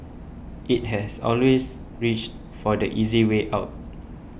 it has always reached for the easy way out